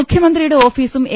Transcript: മുഖ്യമന്ത്രിയുടെ ഓഫീസും എ